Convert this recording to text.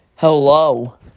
Hello